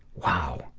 wow.